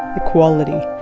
equality.